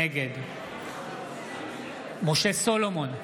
נגד משה סולומון,